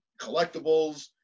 collectibles